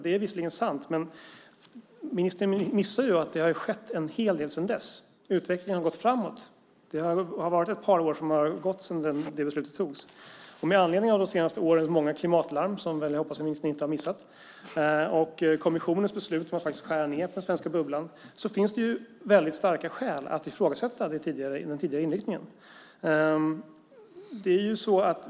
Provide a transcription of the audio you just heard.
Det är visserligen sant, men ministern missar ju att det har skett en hel del sedan dess. Utvecklingen har gått framåt. Det har gått ett par år sedan det beslutet togs. Med anledning av de senaste årens många klimatlarm, som jag hoppas att ministern inte har missat - kommissionens beslut var faktiskt att skära ned på den svenska bubblan - finns det väldigt starka skäl att ifrågasätta den tidigare inriktningen.